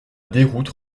déroute